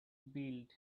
build